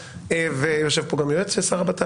לאומי ולמיטב ידיעתי יושב כאן גם יועץ השר.